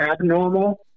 abnormal